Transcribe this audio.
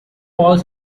paul